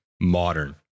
modern